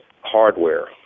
hardware